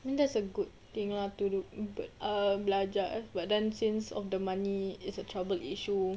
that's a good thing lah to do but err belajar but then since of the money is a troubled issue